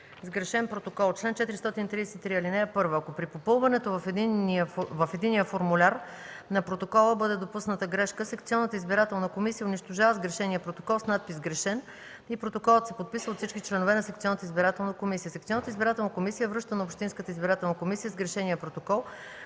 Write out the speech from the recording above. „Сгрешен протокол Чл. 433. (1) Ако при попълването в единия формуляр на протокола бъде допусната грешка, секционната избирателна комисия унищожава сгрешения протокол с надпис „сгрешен” и протоколът се подписва от всички членове на секционната избирателна комисия. Секционната избирателна комисия връща на общинската избирателна комисия сгрешения протокол,